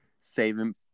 saving